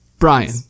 Brian